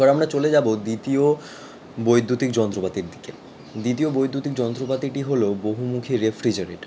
এবার আমরা চলে যাবো দ্বিতীয় বৈদ্যুতিক যন্ত্রপাতির দিকে দ্বিতীয় বৈদ্যুতিক যন্ত্রপাতিটি হলো বহুমুখী রেফ্রিজারেটার